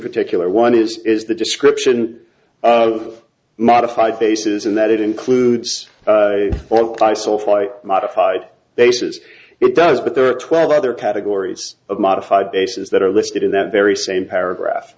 particular one is is the description of modified faces and that it includes beisel fight modified bases it does but there are twelve other categories of modified bases that are listed in that very same paragraph